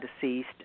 deceased